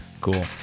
Cool